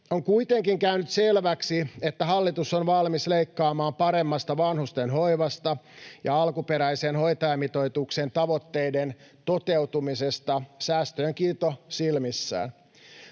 On kuitenkin käynyt selväksi, että hallitus on valmis leikkaamaan paremmasta vanhustenhoivasta ja alkuperäisen hoitajamitoituksen tavoitteiden toteutumisesta säästöjen kiilto silmissään.